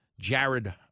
Jared